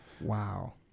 Wow